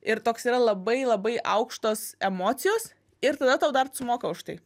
ir toks yra labai labai aukštos emocijos ir tada tau dar sumoka už tai